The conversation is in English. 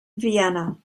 vienna